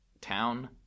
town